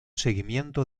seguimiento